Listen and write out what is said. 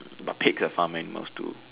but pigs are farm animals too